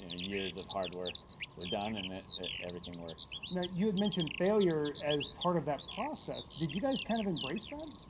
ah years of hard work were done and everything worked. now, you had mentioned failure as part of that process. did you guys kind of embrace that?